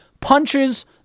Punches